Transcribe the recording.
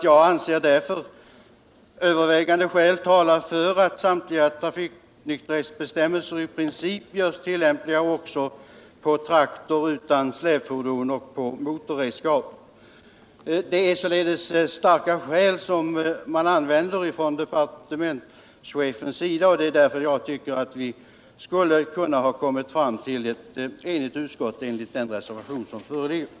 Jag anser därför övervägande skäl tala för att samtliga trafiknykterhetsbestämmelser i princip görs tillämpliga också på traktor utan släpfordon och motorredskap.” Det är således starka skäl som departementschefen anför, och det är därför jag tycker vi borde ha kunnat komma fram till ett enigt utskott enligt den reservation som föreligger.